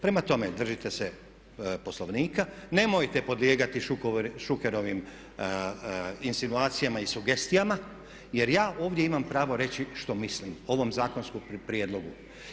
Prema tome držite se Poslovnika, nemojte podlijegati Šukerovim insinuacijama i sugestijama jer ja ovdje imam pravo reći što mislim o ovom zakonskom prijedlogu.